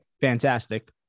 Fantastic